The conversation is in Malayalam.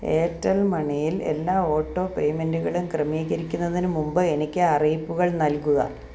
എയർടെൽ മണിയിൽ എല്ലാ ഓട്ടോ പേയ്മെൻറ്റുകളും ക്രമീകരിക്കുന്നതിനുമുന്പ് എനിക്ക് അറിയിപ്പുകൾ നൽകുക